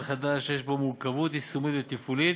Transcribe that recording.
חדש שיש בו מורכבות יישומית ותפעולית.